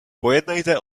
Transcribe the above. pojednejte